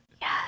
Yes